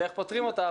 ואיך פותרים אותה.